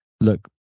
look